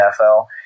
NFL